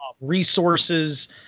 resources